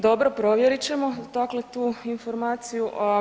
Dobro, provjerit ćemo dakle tu informaciju.